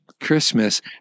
christmas